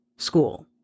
school